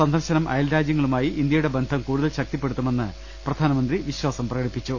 സന്ദർശനം അയൽരാജ്യങ്ങളുമായി ഇന്ത്യയുടെ ബന്ധം കൂടുതൽ ശക്തിപ്പെടുത്തുമെന്ന് പ്രധാനമന്ത്രി വിശ്വാസം പ്രകടിപ്പിച്ചു